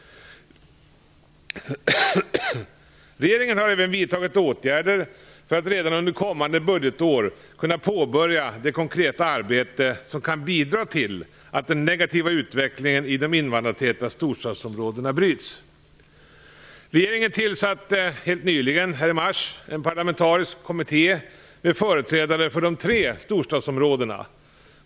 Regeringen har även vidtagit åtgärder för att redan under kommande budgetår kunna påbörja det konkreta arbete, som kan bidra till att den negativa utvecklingen i de invandrartäta storstadsområdena bryts. Regeringen tillsatte helt nyligen, i mars, en parlamentarisk kommitté med företrädare för de tre storstadsområdena.